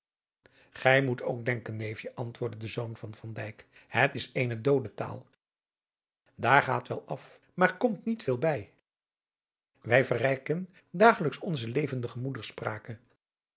gij moet ook denken neefje antwoordde de zoon van van dijk het is eene doode taal daar gaat wel af maar komt niet veel bij wij verrijken dagelijks onze levendige